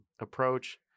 approach